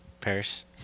Paris